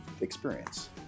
experience